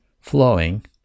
flowing